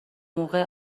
موقع